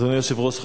אדוני היושב-ראש,